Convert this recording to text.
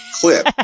clip